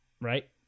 right